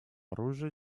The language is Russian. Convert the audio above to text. оружия